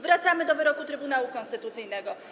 Wracamy do wyroku Trybunału Konstytucyjnego.